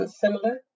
similar